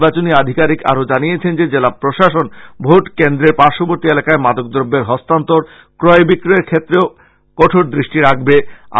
জেলা নির্বাচনী আধিকারীক আরো জানিয়েছেন যে জেলা প্রশাসন ভোট কেন্দ্রের পার্শ্ববর্তি এলাকায় মাদক দ্রব্যের হস্তান্তরক্রয় বিক্রয়ের ক্ষেত্রেও কঠোর দৃষ্টি রাখবে